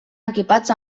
equipats